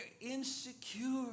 insecure